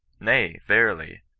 nay, verily,